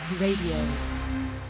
Radio